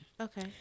Okay